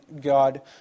God